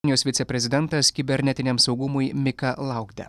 kinijos viceprezidentas kibernetiniam saugumui mika laukde